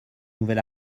nouvel